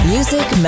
Music